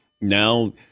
now